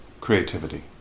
creativity